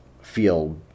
feel